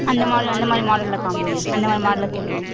அந்த மாடல் அந்த மாதிரி மாடல்ல காமிங்க அந்த மாதிரி மாடல்ல சொல்லுங்க